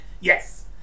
Yes